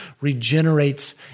regenerates